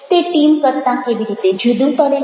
તે ટીમ કરતાં કેવી રીતે જુદું પડે છે